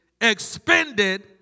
expended